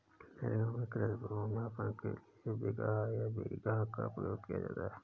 मेरे गांव में कृषि भूमि मापन के लिए बिगहा या बीघा का प्रयोग किया जाता है